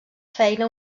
feina